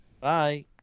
Bye